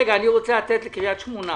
רגע, אני רוצה לתת לקריית שמונה